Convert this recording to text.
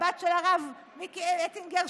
הבת של הרב מיקי אטינגר,